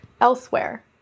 Elsewhere